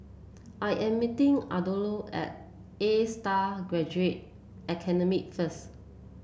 I am meeting Arnoldo at Astar Graduate Academy first